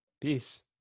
Peace